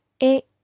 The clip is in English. et